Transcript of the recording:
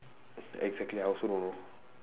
exactly I also don't know